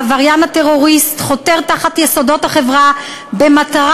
העבריין הטרוריסט חותר תחת יסודות החברה במטרה